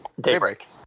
Daybreak